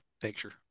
picture